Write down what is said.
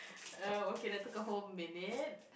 uh okay that took a whole minute